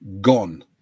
gone